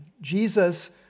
Jesus